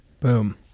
boom